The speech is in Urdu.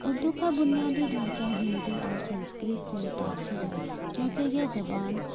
اردو کا بنیادی ڈھانچہ ہندی اور سنسکرت سے متاثر ہے کیونکہ یہ زبان